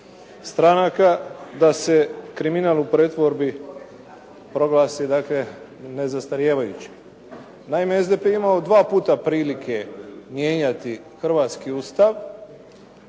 stranaka da se kriminal u pretvorbi proglasi nezastarijevajućim. Naime, SDP je imao dva puta prilike mijenjati hrvatski Ustav